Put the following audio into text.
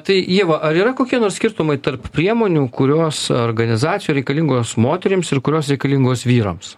tai ieva ar yra kokie nors skirtumai tarp priemonių kurios organizacijai reikalingos moterims ir kurios reikalingos vyrams